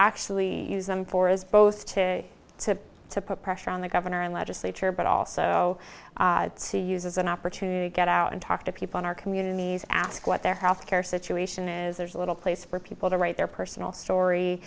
actually use them for is both to to to put pressure on the governor and legislature but also to use as an opportunity to get out and talk to people in our communities ask what their health care situation is there's a little place for people to write their personal story